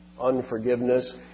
unforgiveness